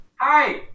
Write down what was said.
Hi